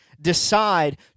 decide